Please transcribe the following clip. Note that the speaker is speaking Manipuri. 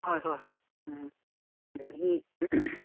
ꯍꯣꯏ ꯍꯣꯏ ꯍꯣꯏ ꯎꯝ ꯑꯗꯒꯤ